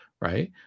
right